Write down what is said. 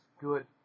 good